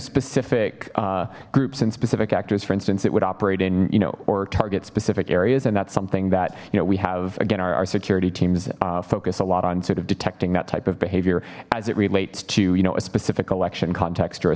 specific groups and specific actors for instance it would operate in you know or target specific areas and that's something that you know we have again our our security teams focus a lot on sort of detecting that type of behavior as it relates to you know a specific election context or a